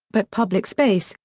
but public space,